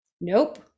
Nope